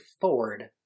Ford